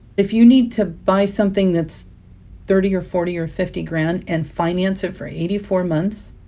if you need to buy something that's thirty or forty or fifty grand and finance it for eighty four months,